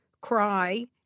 cry